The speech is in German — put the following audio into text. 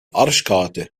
arschkarte